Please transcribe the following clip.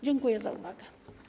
Dziękuję za uwagę.